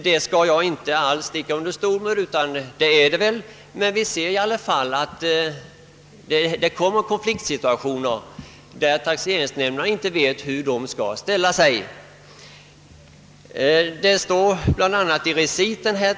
Vi har dock sett att konfliktsituationer uppstår då taxeringsnämnderna inte vet hur de skall ställa sig.